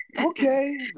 Okay